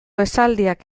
esaldiak